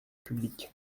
public